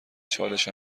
چالش